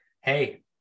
hey